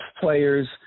players